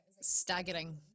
staggering